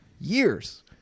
Years